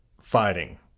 fighting